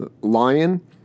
Lion